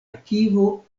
arkivo